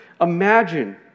Imagine